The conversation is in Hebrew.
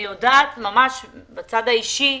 אני יודעת בצד האישי,